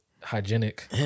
hygienic